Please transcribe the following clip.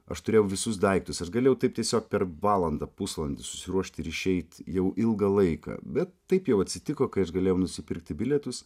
aš turėjau visus daiktus aš galėjau taip tiesiog per valandą pusvalandį susiruošt ir išeit jau ilgą laiką bet taip jau atsitiko kai aš galėjau nusipirkti bilietus